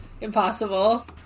Impossible